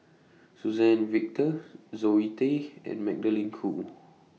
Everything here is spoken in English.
Suzann Victor Zoe Tay and Magdalene Khoo